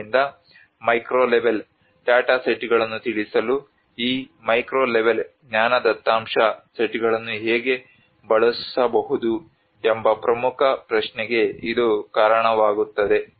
ಆದ್ದರಿಂದ micro level data ಸೆಟ್ಗಳನ್ನು ತಿಳಿಸಲು ಈ ಮ್ಯಾಕ್ರೋ ಲೆವೆಲ್ ಜ್ಞಾನ ದತ್ತಾಂಶ ಸೆಟ್ಗಳನ್ನು ಹೇಗೆ ಬಳಸುವುದು ಎಂಬ ಪ್ರಮುಖ ಪ್ರಶ್ನೆಗೆ ಇದು ಕಾರಣವಾಗುತ್ತದೆ